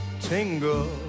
tingle